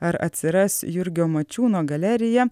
ar atsiras jurgio mačiūno galerija